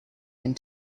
and